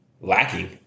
lacking